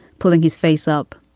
pulling his face up.